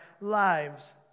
lives